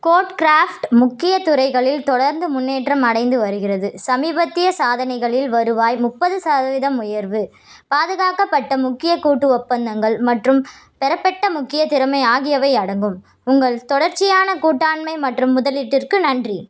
code craft முக்கிய துறைகளில் தொடர்ந்து முன்னேற்றம் அடைந்து வருகிறது சமீபத்திய சாதனைகளில் வருவாய் முப்பது சதவீதம் உயர்வு பாதுகாக்கப்பட்ட முக்கிய கூட்டு ஒப்பந்தங்கள் மற்றும் பெறப்பட்ட முக்கிய திறமை ஆகியவை அடங்கும் உங்கள் தொடர்ச்சியான கூட்டாண்மை மற்றும் முதலீட்டிற்கு நன்றி